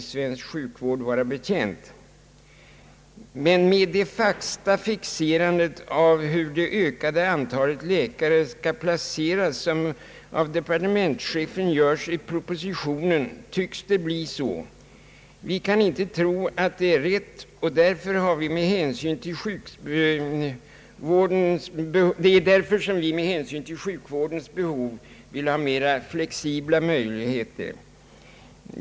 Men med det fasta fixerandet av hur det ökade antalet läkare skall placeras, som av departementschefen görs i propositionen, tycks det bli så. Vi kan inte tro att detta är rätt, och därför vill vi med hänsyn till sjukvårdens behov ha mer flexibla möjligheter.